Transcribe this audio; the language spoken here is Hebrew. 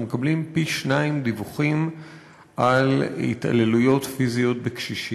אנחנו מקבלים פי-שניים דיווחים על התעללויות פיזיות בקשישים.